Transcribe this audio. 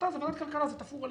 אתה, ועדת כלכלה, זה תפור עליך.